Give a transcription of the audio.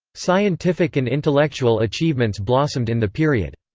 scientific and intellectual achievements blossomed in the period.